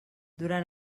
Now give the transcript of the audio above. durant